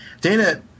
Dana